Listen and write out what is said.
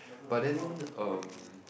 but then um